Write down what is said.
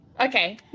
Okay